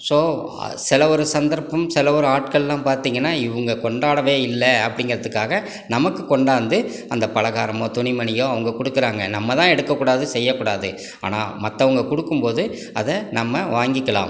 so சிலவர சந்தர்ப்பம் சிலவர ஆட்கள் எல்லாம் பார்த்திங்கனா இவங்க கொண்டாடவே இல்லை அப்படிங்கறத்துக்காக நமக்கு கொண்டாந்து அந்த பலகாரமோ துணிமணியோ அவங்க கொடுக்கறாங்க நம்மதான் எடுக்கக்கூடாது செய்யக்கூடாது ஆனால் மற்றவங்க கொடுக்கும் போது அதை நம்ம வாங்கிக்கலாம்